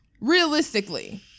realistically